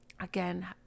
again